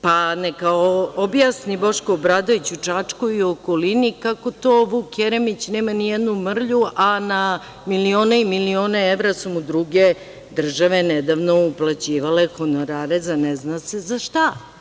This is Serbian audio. Pa, neka objasni Boško Obradović u Čačku i u okolini kako to Vuk Jeremić nema nijednu mrlju, a na milione i milione evra su mu druge države nedavno uplaćivale honorare ne zna se za šta.